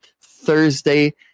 Thursday